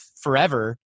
forever